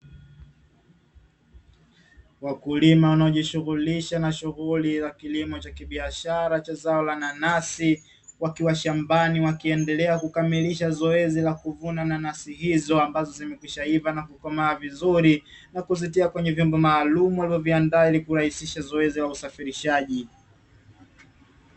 Wakulima wanaojishughulisha na shughuli ya kilimo cha kibiashara cha zao la nanasi, wakiwa shambani wakiendelea kukamilisha zoezi la kuvuna nanasi hizo ambazo zimekwisha iva na kukomaa vizuri, na kuzitia kwenye vyombo maalumu walivyoviandaa ili kurahisisha zoezi la usafirishaji.